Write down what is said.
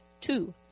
two